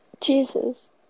Jesus